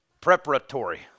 Preparatory